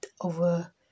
over